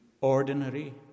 ordinary